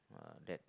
uh that